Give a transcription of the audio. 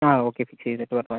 ആ ഓക്കെ ചെയ്തിട്ട് വെക്കാം